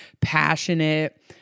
passionate